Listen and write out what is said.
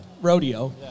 rodeo